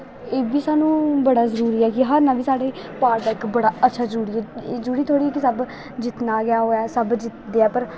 एह् बी सानूं बड़ा जरूरी ऐ हारना बी साढ़ा पार्ट ऐ बड़ा अच्छा जरूरी ऐ एह् थोड़ी कि जित्तना गै सब दै पर